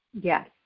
Yes